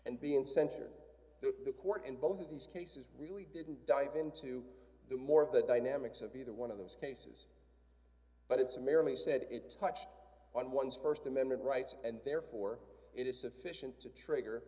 and being center in the court and both of these cases really didn't dive into the more of the dynamics of either one of those cases but it's a merrily said it touched on one's first d amendment rights and therefore it is sufficient to trigger